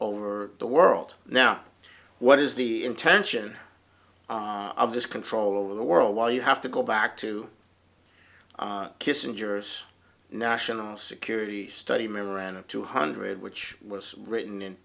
over the world now what is the intention of this control over the world while you have to go back to kissinger's national security study memorandum two hundred which was written in